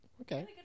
Okay